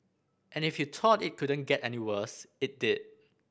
and if you thought it couldn't get any worse it did